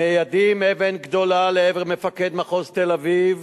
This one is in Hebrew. מיידים אבן גדולה לעבר מפקד מחוז תל-אביב